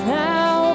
now